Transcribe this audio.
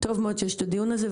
טוב מאוד שנערך הדיון הזה.